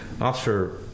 Officer